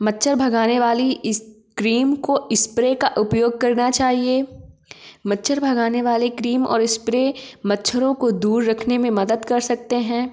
मच्छर भगाने वाली इस क्रीम को इस्प्रे का उपयोग करना चाहिए मच्छर भगाने वाले क्रीम और इस्प्रे मच्छरों को दूर रखने में मदद कर सकते हैं